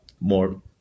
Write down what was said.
more